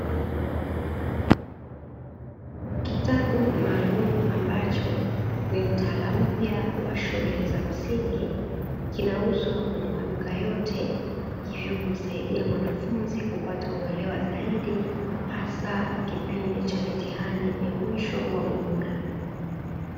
Kitabu maalumu ambacho ni mtaala mpya wa shule za msingi, kinauzwa kwenye maduka yote hivyo kumsaidia mwanafunzi kupata uelewa zaidi hasa kipindi cha mitihani ya mwisho wa muhula.